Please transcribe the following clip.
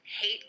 hate